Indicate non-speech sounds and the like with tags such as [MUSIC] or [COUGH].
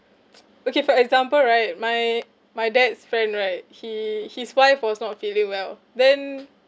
[NOISE] okay for example right my my dad's friend right he his wife was not feeling well then